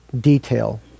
detail